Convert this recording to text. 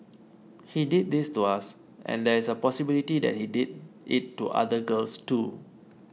he did this to us and there is a possibility that he did it to other girls too